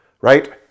right